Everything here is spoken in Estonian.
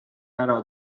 ära